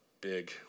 big